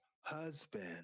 husband